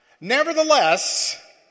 Nevertheless